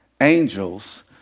angels